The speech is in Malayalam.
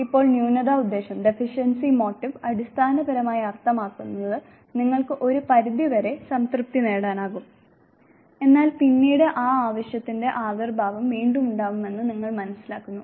ഇപ്പോൾ ന്യൂനതാ ഉദ്ദേശ്യം അടിസ്ഥാനപരമായി അർത്ഥമാക്കുന്നത് നിങ്ങൾക്ക് ഒരു പരിധിവരെ സംതൃപ്തി നേടാനാകും എന്നാൽ പിന്നീട് ആ ആവശ്യത്തിന്റെ ആവിർഭാവം വീണ്ടും ഉണ്ടാവുമെന്ന് നിങ്ങൾ മനസ്സിലാക്കുന്നു